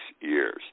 years